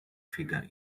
figure